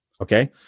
okay